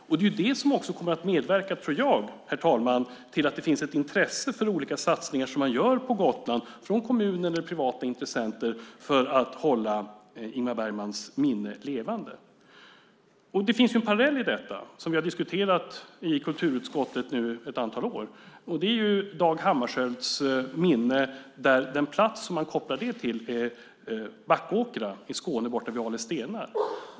Det är också det som jag tror kommer att medverka till att det finns ett intresse för olika satsningar som man gör på Gotland från kommunen och privata intressenter för att hålla Ingmar Bergmans minne levande. Det finns en parallell i detta som vi har diskuterat i kulturutskottet nu ett antal år. Det är Dag Hammarskjölds minne. Den plats som man kopplar det till är Backåkra i Skåne borta vid Ales stenar.